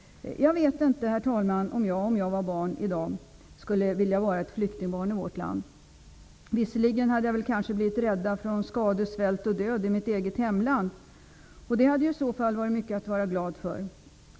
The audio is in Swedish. Jag vet inte om jag skulle vilja vara flyktingbarn i vårt land i dag. Visserligen hade jag kanske blivit räddad från skador, svält och död i mitt hemland, vilket hade varit mycket att vara glad för.